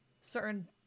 certain